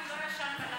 כי הוא לא ישן בלילה.